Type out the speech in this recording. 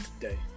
today